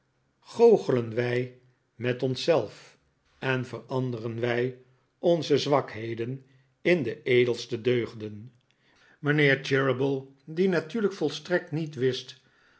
goochelen wij met ons zelf en veranderen wij onze zwakheden in de edelste deugden mijnheer cheeryble die natuurlijk volstrekt niet wist